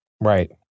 Right